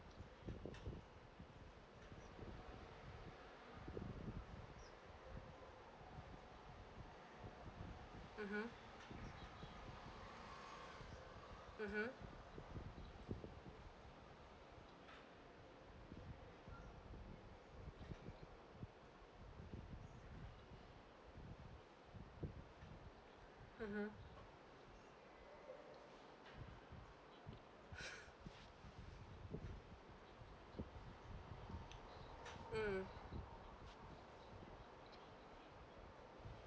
mmhmm mmhmm mmhmm mm